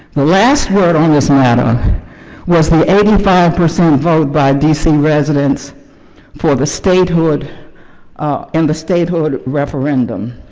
the last word on this matter was the eighty five percent vote by d c. residents for the statehood and the statehood referendum.